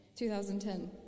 2010